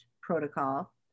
protocol